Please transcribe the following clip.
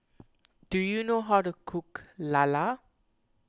do you know how to cook Lala